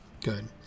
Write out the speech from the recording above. good